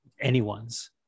anyone's